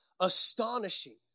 astonishing